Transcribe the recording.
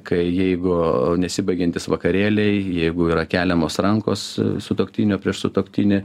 kai jeigu nesibaigiantys vakarėliai jeigu yra keliamos rankos sutuoktinio prieš sutuoktinį